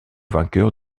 vainqueurs